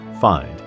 find